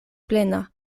plena